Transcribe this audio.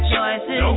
choices